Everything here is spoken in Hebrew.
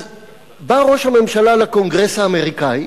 אז בא ראש הממשלה לקונגרס האמריקני,